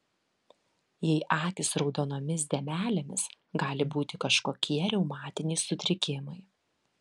jei akys su raudonomis dėmelėmis gali būti kažkokie reumatiniai sutrikimai